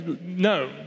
No